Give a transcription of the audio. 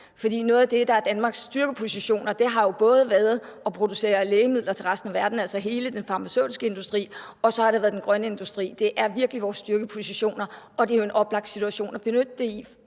For noget af det, der er Danmarks styrkepositioner, har jo både været at producere lægemidler til resten af verden, altså hele den farmaceutiske industri, og så har det været den grønne industri. Det er virkelig vores styrkepositioner, og det er jo en oplagt situation at benytte det i,